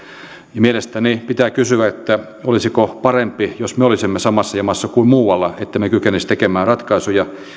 mielestäni pitää kysyä olisiko parempi jos me olisimme samassa jamassa kuin muualla ettemme kykenisi tekemään ratkaisuja